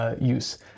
use